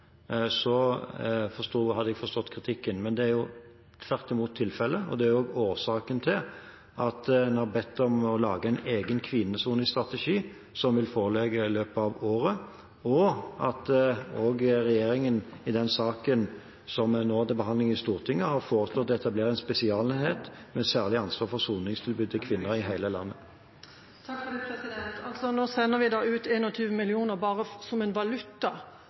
hadde jeg forstått kritikken, men det er jo tvert imot. Det er årsaken til at en har bedt om å lage en egen kvinnesoningsstrategi, som vil foreligge i løpet av året, og at regjeringen i den saken som vi har til behandling i Stortinget, har foreslått å etablere en spesialenhet med særlig ansvar for soningstilbudet til kvinner i hele landet. Nå sender vi ut 21 mill. kr bare som en valutakorreksjon som går til ingenting, egentlig, og det